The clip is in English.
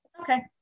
Okay